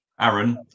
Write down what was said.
Aaron